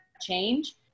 change